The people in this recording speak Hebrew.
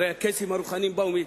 הרי הקייסים הרוחניים באו מאתיופיה,